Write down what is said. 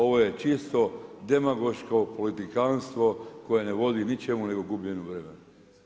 Ovo je čisto demagoško politikanstvo koje ne vodi ničemu, nego gubljenju vremena.